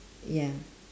ya